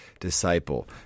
Disciple